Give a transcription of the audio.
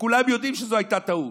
וכולם יודעים שזו הייתה טעות.